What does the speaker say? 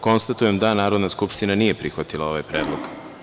Konstatujem da Narodna skupština nije prihvatila ovaj predlog.